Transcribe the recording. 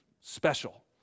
special